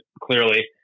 clearly